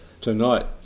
tonight